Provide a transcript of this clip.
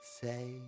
say